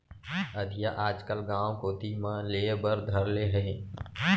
अधिया आजकल गॉंव कोती म लेय बर धर ले हें